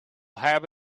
have